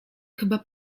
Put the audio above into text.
chyba